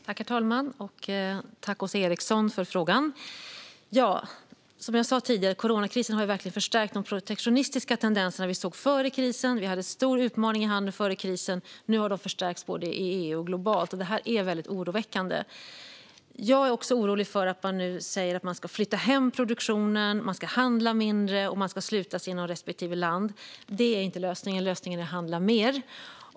Herr talman! Tack, Åsa Eriksson, för frågan! Som jag sa tidigare har coronakrisen verkligen förstärkt de protektionistiska tendenser vi såg före krisen. Vi hade stora utmaningar i handeln före krisen, och nu har de förstärkts både i EU och globalt. Detta är väldigt oroväckande. Jag är också orolig för att man nu säger att man ska flytta hem produktionen, handla mindre och sluta sina respektive länder. Det är inte lösningen, utan lösningen är att handla mer.